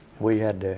we had,